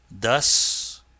Thus